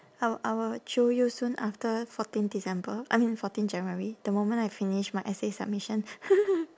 I will I will jio you soon after fourteen december I mean fourteen january the moment I finish my essay submission